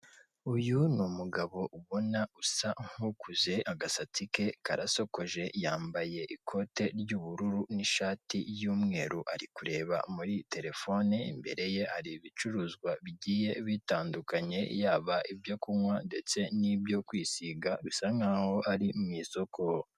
Mu Rwanda hari utubari tugiye dutandukanye twinshi, utubari two mu Rwanda dukomeje guterimbere bitewe na serivise nziza tugenda dutanga, ahangaha hari intebe nziza abaturage bashobora kuba bakwicaramo ushobora kuba wasohokana n'abawe ndetse mukahagirira ibihe byiza kuko bababafite ibinyobwa bitandukanye.